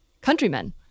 countrymen